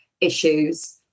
issues